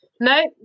No